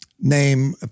Name